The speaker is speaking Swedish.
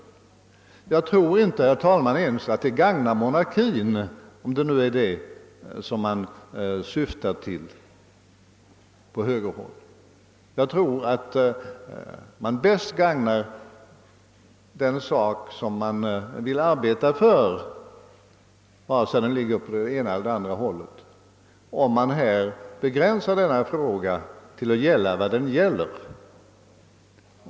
Jag tror inte ens, herr talman, att det gagnar monarkin, om det är detta man syftar till på moderat håll. Bäst gagnar man den sak som man vill arbeta för — vare sig den ligger på den ena eller den andra sidan — om man begränsar denna fråga till att gälla vad den gäller.